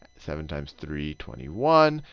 seven times three, twenty one.